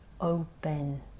open